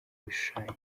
ibishushanyo